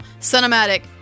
cinematic